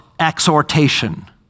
Exhortation